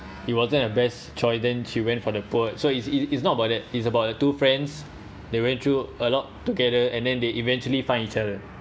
he wasn't the best choice then she went for the poor so it's it's not about that it's about the two friends they went through a lot together and then they eventually find each other